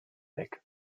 weg